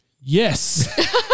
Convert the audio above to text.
Yes